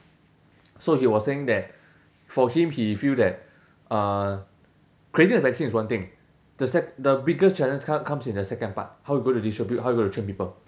so he was saying that for him he feel that uh creating a vaccine is one thing the sec~ the biggest challenge comes comes in the second part how you gonnna distribute how you gonna train people